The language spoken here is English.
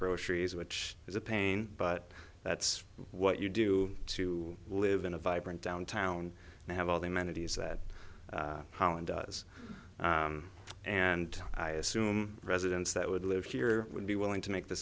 groceries which is a pain but that's what you do to live in a vibrant downtown they have all the amenities that holland does and i assume residents that would live here would be willing to make the